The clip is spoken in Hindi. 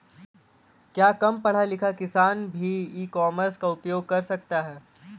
क्या कम पढ़ा लिखा किसान भी ई कॉमर्स का उपयोग कर सकता है?